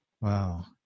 Wow